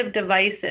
devices